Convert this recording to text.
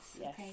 Yes